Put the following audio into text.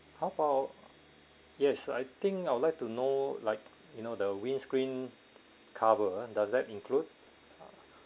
how about yes I think I would like to know like you know the windscreen cover does that include